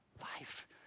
life